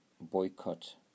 boycott